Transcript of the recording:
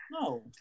no